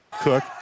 Cook